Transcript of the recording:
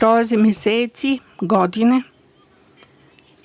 prolaze meseci, godine,